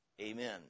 Amen